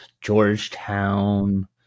Georgetown